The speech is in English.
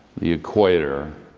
the equator,